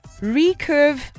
recurve